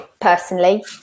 personally